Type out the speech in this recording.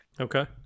okay